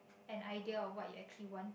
an idea of what you actually want